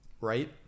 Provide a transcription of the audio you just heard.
right